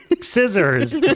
scissors